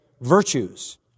virtues